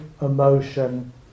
emotion